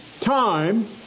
time